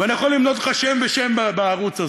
ואני יכול למנות לך שם-שם בערוץ הזה,